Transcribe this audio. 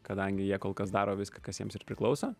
kadangi jie kol kas daro viską kas jiems ir priklauso